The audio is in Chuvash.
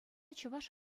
чӑваш